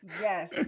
Yes